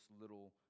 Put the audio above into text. little